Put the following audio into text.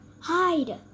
Hide